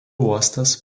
uostas